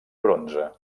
bronze